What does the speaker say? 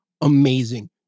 Amazing